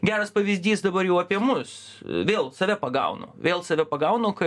geras pavyzdys dabar jau apie mus vėl save pagaunu vėl save pagaunu kad